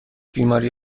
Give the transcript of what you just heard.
بیماری